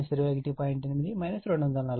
8o 240o గా వచ్చింది